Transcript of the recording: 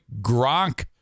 gronk